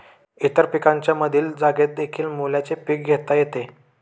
इतर पिकांच्या मधील जागेतदेखील मुळ्याचे पीक घेता येते